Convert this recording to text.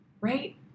right